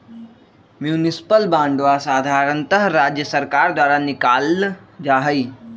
municipal बांडवा साधारणतः राज्य सर्कार द्वारा निकाल्ल जाहई